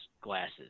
glasses